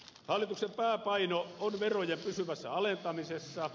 hallituksen pääpaino on verojen pysyvässä alentamisessa